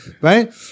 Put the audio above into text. right